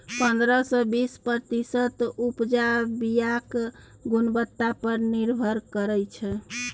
पंद्रह सँ बीस प्रतिशत उपजा बीयाक गुणवत्ता पर निर्भर करै छै